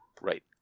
right